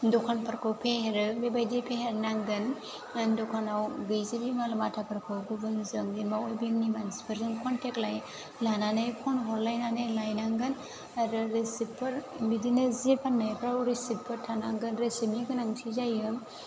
दखानफोरखौ फेहेरो बेबादि फेहेरनांगोन दखानाव गैजोबै माल माथाफोरखौ गुबुनजों एबा उइबिंनि मानसिफोर कनटेक लायै लानानै पन हरलायनानै लायनांगोन आरो रिसिप्टफोर बिदिनो जि फान्नायफ्राव रिसिप्टफोर थानांगोन रिसिप्टनि गोनांथि जायो